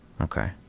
Okay